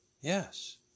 Yes